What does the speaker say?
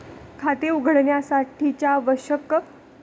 खाते उघडण्यासाठीच्या आवश्यक कागदपत्रांची माहिती मला हवी आहे